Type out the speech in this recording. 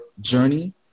journey